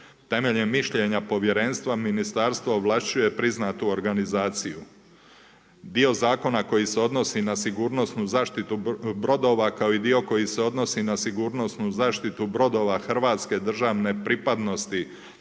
Temeljem mišljenja povjerenstva, ministarstvo ovlašćuje priznatu organizaciju. Dio zakona koji se odnosi na sigurnosnu zaštitu brodova, kao i dio koji se odnosi na sigurnosnu zaštitu brodova hrvatske državne pripadnosti